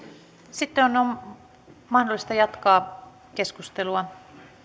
sitten on mahdollista jatkaa keskustelua